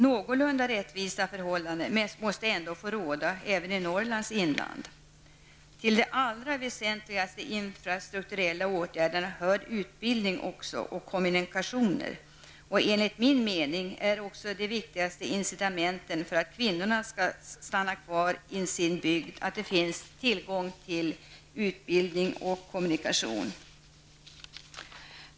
Någorlunda rättvisa förhållanden måste väl ändå få råda även i Till de allra väsentligaste infrastrukturella åtgärderna hör också utbildning och kommunikationer. Enligt min mening är tillgång till utbildning och kommunikationer de viktigaste incitamenten för att kvinnorna skall stanna kvar i sin hembygd.